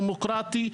דמוקרטי,